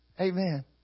Amen